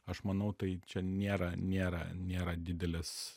aš manau tai čia nėra nėra nėra didelės